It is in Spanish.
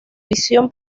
visión